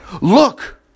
Look